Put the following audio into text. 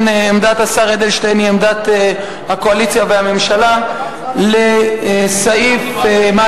עמדת השר אדלשטיין היא עמדת הקואליציה והממשלה לסעיף 42,